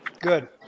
Good